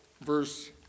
verse